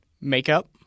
Makeup